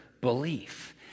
belief